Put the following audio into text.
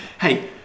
hey